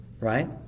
Right